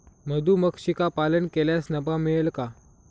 मधुमक्षिका पालन केल्यास नफा मिळेल का?